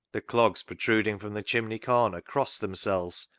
the clogs protruding from the chimney corner crossed themselves,